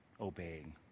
obeying